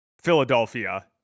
Philadelphia